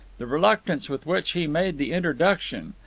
the reluctance with which he made the introduction,